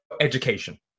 education